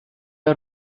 are